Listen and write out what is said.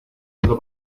alto